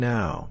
Now